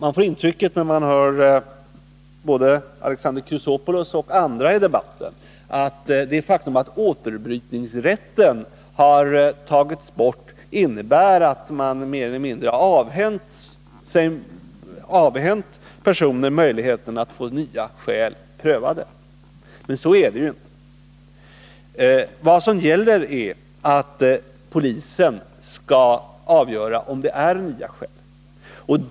Man får intrycket, när man hör Alexander Chrisopoulos och andra i debatten, att det faktum att återbrytningsrätten slopats innebär att personen mer eller mindre avhänts möjligheten att få nya skäl prövade. Men så är det ju inte. Vad som gäller är att polisen skall avgöra om det föreligger nya skäl.